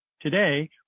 Today